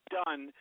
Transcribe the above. done